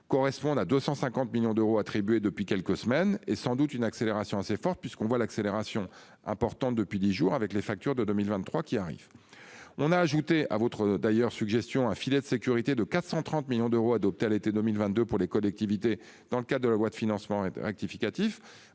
correspondent à 250 millions d'euros attribués depuis quelques semaines et sans doute une accélération assez forte puisqu'on voit l'accélération importante depuis 10 jours avec les factures de 2023 qui arrive, on a ajouté à votre d'ailleurs suggestion un filet de sécurité de 430 millions d'euros adopté elle été 22 pour les collectivités. Dans le cas de la loi de financement rectificatif.